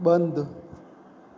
બંધ